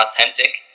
authentic